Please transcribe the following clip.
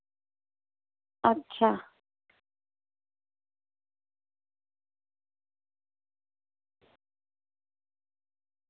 अच्छा